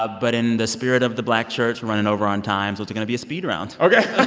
ah but in the spirit of the black church, we're running over on time. so it's to be a speed round ok